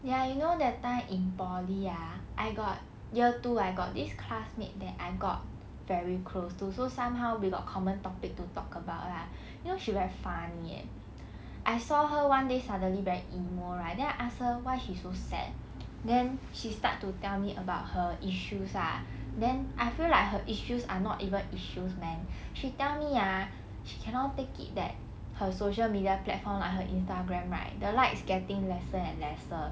ya you know that time in poly ah I got year two I got this classmate that I got very close to so somehow we got common topic to talk about lah you know she very funny eh I saw her one day suddenly very emo right then I ask her why she so sad then she start to tell me about her issues ah then I feel like her issues are not even issues man she tell me ah she cannot take it that her social media platform like her instagram right the likes getting lesser and lesser